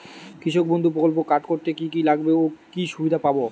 কৃষক বন্ধু প্রকল্প কার্ড করতে কি কি লাগবে ও কি সুবিধা পাব?